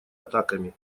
атаками